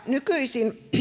nykyisin